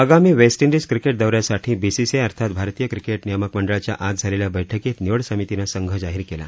आगामी West Indies cricket दौ यासाठी बीसीसीआय अर्थात भारतीय क्रिकेट नियामक मंडळाच्या आज झालेल्या बैठकीत निवड समितीनं संघ जाहीर केला